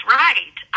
right